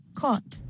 caught